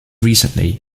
recently